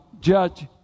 judge